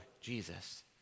Jesus